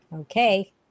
Okay